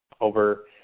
over